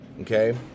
Okay